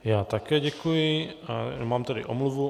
Já také děkuji a mám tady omluvu.